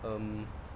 um